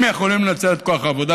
הם יכולים לנצל את כוח העבודה.